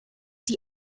die